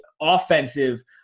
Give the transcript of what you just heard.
offensive